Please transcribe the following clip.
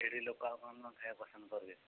ସେଠି ଲୋକ ଆଉ କ'ଣ କ'ଣ ଖାଇବାକୁ ପସନ୍ଦ କରିବେ